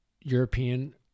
European